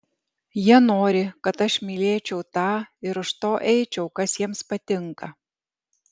jie nori kad aš mylėčiau tą ir už to eičiau kas jiems patinka